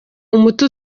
umuti